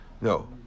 No